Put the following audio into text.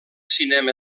cinema